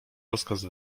rozkaz